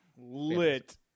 Lit